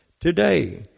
today